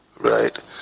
right